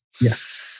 Yes